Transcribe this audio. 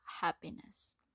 happiness